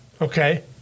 okay